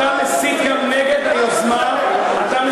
אתה מסית גם נגד היוזמה, מה אתה מדבר?